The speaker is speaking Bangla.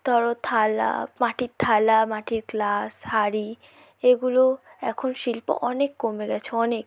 ধরো থালা মাটির থালা মাটির গ্লাস হাঁড়ি এগুলো এখন শিল্প অনেক কমে গেছে অনেক